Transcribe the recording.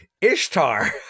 Ishtar